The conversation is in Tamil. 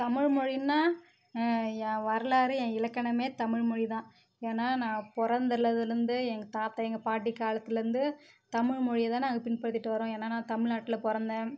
தமிழ்மொழினால் என் வரலாறே என் இலக்கணமே தமிழ் மொழி தான் ஏன்னால் நான் பிறந்ததுலருந்தே எங்கள் தாத்தா எங்கள் பாட்டி காலத்தில் இருந்து தமிழ் மொழி தான் நாங்கள் பின்பற்றிகிட்டு வரோம் ஏன்னால் நான் தமிழ்நாட்டில் பிறந்தேன்